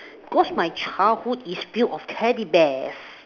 cause my childhood is filled of teddy bears